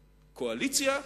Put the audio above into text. קואליציה,